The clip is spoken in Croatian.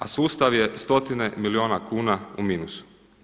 A sustav je stotine milijuna kuna u minusu.